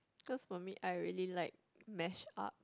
cause for me I really like mash up